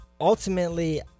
ultimately